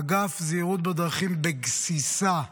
אגף זהירות בדרכים בגסיסה,